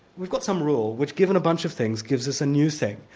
we've got some rule, which given a bunch of things, gives us a new thing,